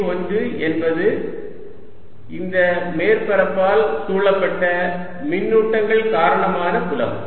E1 என்பது இந்த மேற்பரப்பால் சூழப்பட்ட மின்னூட்டங்கள் காரணமான புலம்